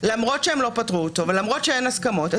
למרות שהם לא פטרו אותו ולמרות שאין הסכמות,